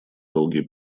долгий